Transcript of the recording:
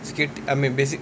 skate I mean basic